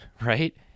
right